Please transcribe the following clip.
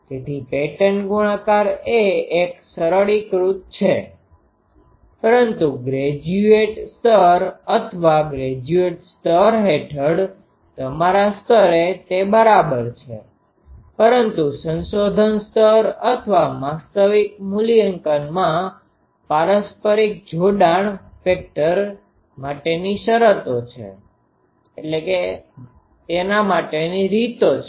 તેથી પેટર્ન ગુણાકાર એ એક સરળીકૃત છે પરંતુ ગ્રેજ્યુએટ સ્તર અથવા ગ્રેજ્યુએટ સ્તર હેઠળ તમારા સ્તરે તે બરાબર છે પરંતુ સંશોધન સ્તર અથવા વાસ્તવિક મૂલ્યાંકનમાં પરસ્પર જોડાણ ફેક્ટર માટેની રીતો છે